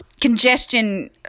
congestion